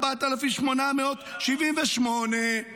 4,878. זה